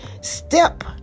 Step